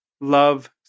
Love